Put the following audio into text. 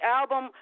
album